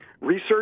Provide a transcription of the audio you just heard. research